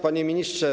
Panie Ministrze!